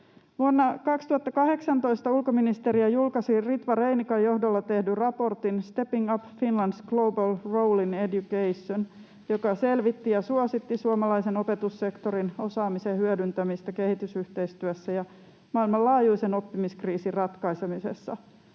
Vuonna 2018 ulkoministeriö julkaisi Ritva Reinikan johdolla tehdyn raportin Stepping Up Finland’s Global Role in Education, joka selvitti ja suositti suomalaisen opetussektorin osaamisen hyödyntämistä kehitysyhteistyössä ja maailmanlaajuisen oppimiskriisin ratkaisemisessa,